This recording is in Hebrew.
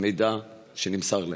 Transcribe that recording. במידע שנמסר להן?